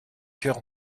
cœur